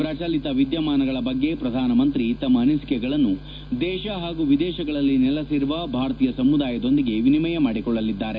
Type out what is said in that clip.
ಪ್ರಚಲಿತ ವಿದ್ಯಮಾನಗಳ ಬಗ್ಗೆ ಪ್ರಧಾನ ಮಂತ್ರಿ ತಮ್ಮ ಅನಿಸಿಕೆಗಳನ್ನು ದೇಶ ಹಾಗೂ ವಿದೇಶಗಳಲ್ಲಿ ನೆಲೆಸಿರುವ ಭಾರತೀಯ ಸಮುದಾಯದೊಂದಿಗೆ ವಿನಿಮಯ ಮಾಡಿಕೊಳ್ಳಲಿದ್ದಾರೆ